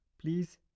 Please